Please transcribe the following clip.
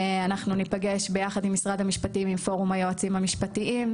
אנחנו ניפגש ביחד עם משרד המשפטים עם פורום היועצים המשפטיים,